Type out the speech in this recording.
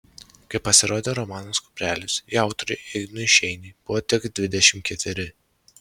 kai pasirodė romanas kuprelis jo autoriui ignui šeiniui buvo tik dvidešimt ketveri